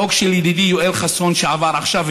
החוק של ידידי יואל חסון שעבר עכשיו,